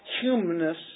humanness